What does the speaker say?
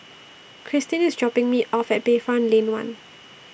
Krystin IS dropping Me off At Bayfront Lane one